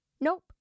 Nope